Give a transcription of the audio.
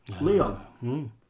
Leon